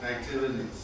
activities